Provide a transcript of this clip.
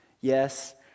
Yes